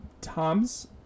Tom's